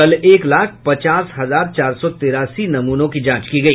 कल एक लाख पचास हजार चार सौ तिरासी नमूनों की जांच की गई